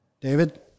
David